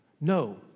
No